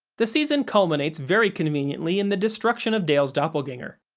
the season culminates very conveniently in the destruction of dale's doppelganger.